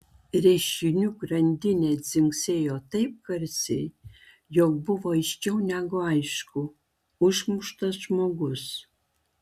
reiškinių grandinė dzingsėjo taip garsiai jog buvo aiškiau negu aišku užmuštas žmogus